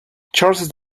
charles